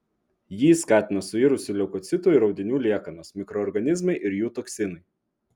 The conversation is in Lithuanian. jį skatina suirusių leukocitų ir audinių liekanos mikroorganizmai ir jų toksinai